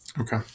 Okay